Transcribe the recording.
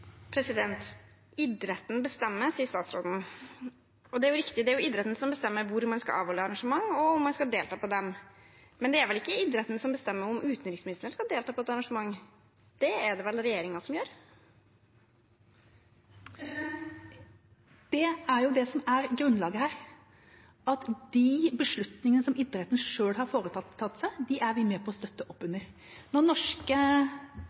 Idretten bestemmer, sier statsråden. Det er riktig, det er idretten som bestemmer hvor man skal avholde arrangement, og om man skal delta på dem. Men det er vel ikke idretten som bestemmer om utenriksministeren skal delta på et arrangement, det er det vel regjeringen som gjør? Det er det som er grunnlaget her, at de beslutningene idretten selv har tatt, er vi med på å støtte opp under. Når norske